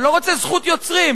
אני לא רוצה זכות יוצרים,